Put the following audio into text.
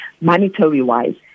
monetary-wise